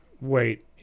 Wait